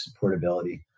supportability